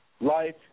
Life